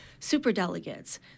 superdelegates